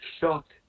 shocked